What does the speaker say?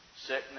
sickness